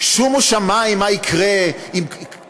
שבן אדם לא יצטרך שיפשיטו את כבודו מעליו, להצטדק,